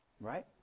right